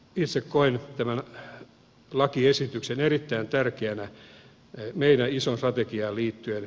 itse koen tämän lakiesityksen erittäin tärkeänä meidän isoon strategiaan liittyen